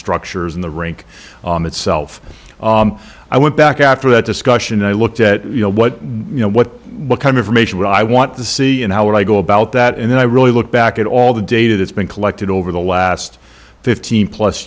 structures in the rink itself i went back after that discussion i looked at you know what you know what what kind of made what i want to see and how would i go about that and then i really look back at all the data that's been collected over the last fifteen plus